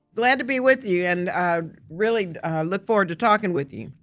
glad to be with you and really look forward to talking with you.